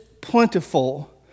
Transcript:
plentiful